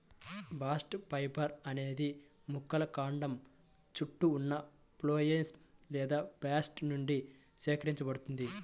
bast fibre అనేది మొక్కల కాండం చుట్టూ ఉన్న ఫ్లోయమ్ లేదా బాస్ట్ నుండి సేకరించబడుతుంది